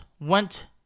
went